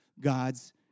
God's